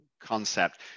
concept